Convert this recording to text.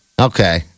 Okay